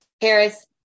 Harris